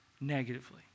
negatively